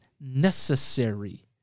necessary